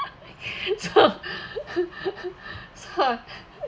so so